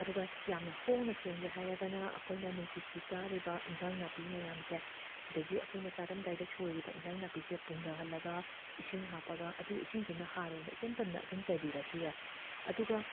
ꯑꯗꯨꯒ ꯌꯥꯝꯅ ꯍꯣꯡꯅ ꯁꯦꯝꯒꯦ ꯍꯥꯏꯔꯒꯅ ꯑꯩꯈꯣꯏꯅ ꯅꯨꯡꯇꯤꯒꯤ ꯆꯥꯔꯤꯕ ꯏꯟꯖꯥꯡ ꯅꯥꯄꯤ ꯃꯌꯥꯝꯖꯦ ꯁꯤꯗꯒꯤ ꯑꯩꯈꯣꯏꯅ ꯆꯥꯔꯝꯗꯥꯏꯗ ꯁꯣꯏꯔꯤꯕ ꯏꯟꯖꯥꯡ ꯅꯥꯄꯤꯖꯦ ꯄꯨꯝꯗꯍꯜꯂꯒ ꯏꯁꯤꯡ ꯍꯥꯞꯄꯒ ꯑꯗꯨꯏ ꯏꯁꯤꯡꯗꯨꯅ ꯍꯥꯔ ꯑꯣꯏꯅ ꯏꯆꯝ ꯆꯝꯅ ꯑꯗꯨꯝ ꯆꯥꯏꯕꯤꯔꯁꯨ ꯌꯥꯏ ꯑꯗꯨꯒ